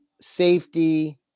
safety